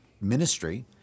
ministry